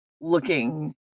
looking